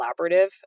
collaborative